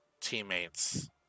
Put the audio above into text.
teammates